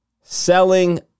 selling